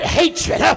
hatred